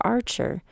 Archer